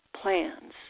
plans